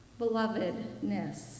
belovedness